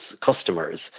customers